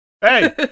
Hey